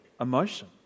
emotion